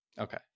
okay